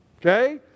Okay